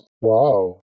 Wow